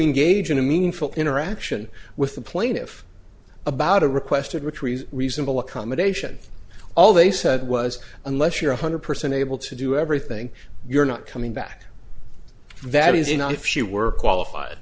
engage in a meaningful interaction with the plaintiff about a request to retrieve reasonable accommodation all they said was unless you're one hundred percent able to do everything you're not coming back that is you know if she were qualified